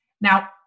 Now